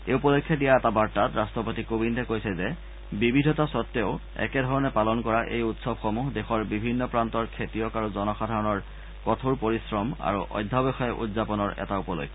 এই উপলক্ষে দিয়া এটা বাৰ্তাত ৰট্টপতি কোবিন্দে কৈছে যে বিবিধতা স্বত্তেও একে ধৰণে পালন কৰা এই উৎসৱসমূহ দেশৰ বিভিন্ন প্ৰান্তৰ খেতিয়ক আৰু জনসাধাৰণৰ কঠোৰ পৰিশ্ৰম আৰু অধ্যাৱসায় উদযাপনৰ এটা উপলক্ষ